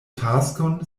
taskon